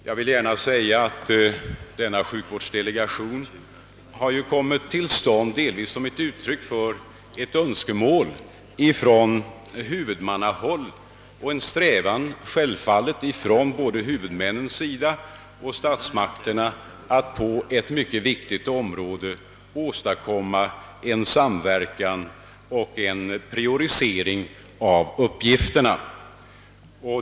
Jag vill gärna säga att sjukvårdsdelegationen kommit till stånd för att bl.a. tillgodose ett önskemål från huvudmannahåll och som ett uttryck för en strävan både från huvudmännens och statsmakternas sida att på detta mycket viktiga område åstadkomma en samverkan och en prioritering av uppgifterna.